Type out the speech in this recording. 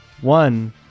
one